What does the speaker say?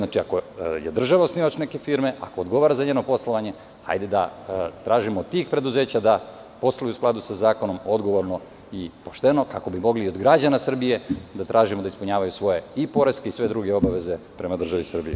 Ako je država osnivač neke firme, ako odgovara za njeno poslovanje, hajde da tražimo od tih preduzeća da posluju u skladu sa zakonom, odgovorno i pošteno, kako bi mogli od građana Srbije da tražimo da ispunjavaju svoje poreske i sve druge obaveze prema državi Srbiji.